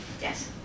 Yes